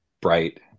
bright